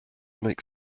make